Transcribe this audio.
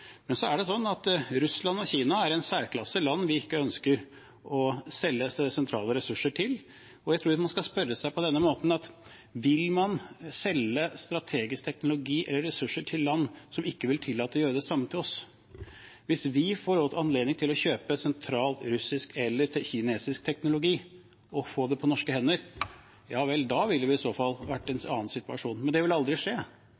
Så er det slik at Russland og Kina er i en særklasse når det gjelder land vi ikke ønsker å selge sentrale ressurser til, og jeg tror man skal spørre seg: Vil man selge strategisk teknologi eller ressurser til land som ikke vil tillate å gjøre det samme til oss? Hvis vi får anledning til å kjøpe sentral russisk eller kinesisk teknologi, og få det på norske hender, ja vel, da ville vi i så fall vært i en annen situasjon. Det vil aldri skje,